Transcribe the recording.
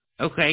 okay